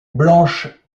blanche